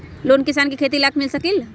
Loan किसान के खेती लाख मिल सकील?